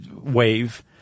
wave